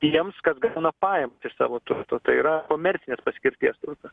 tiems kas gauna pajamas iš savo turto tai yra komercinės paskirties turto